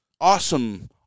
awesome